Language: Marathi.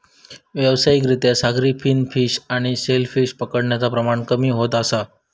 व्यावसायिक रित्या सागरी फिन फिश आणि शेल फिश पकडण्याचा प्रमाण कमी होत असा